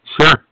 Sure